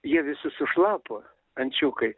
jie visi sušlapo ančiukai